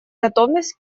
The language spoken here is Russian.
готовность